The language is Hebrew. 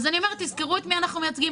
אני אומרת שתזכרו את מי אנחנו מייצגים.